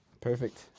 Perfect